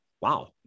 wow